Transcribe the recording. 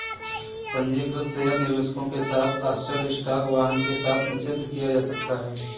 पंजीकृत शेयर निवेशकों के साथ आश्चर्य स्टॉक वाहन के साथ निषिद्ध किया जा सकता है